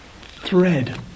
thread